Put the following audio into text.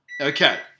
Okay